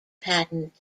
patent